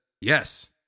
yes